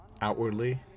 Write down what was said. outwardly